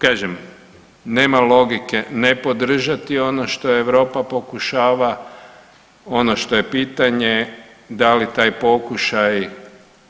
Kažem nema logike ne podržati ono što Europa pokušava, ono što je pitanje da li taj pokušaj